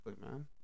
man